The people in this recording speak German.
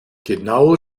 genau